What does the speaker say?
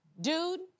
dude